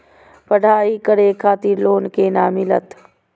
पढ़ाई करे खातिर लोन केना मिलत?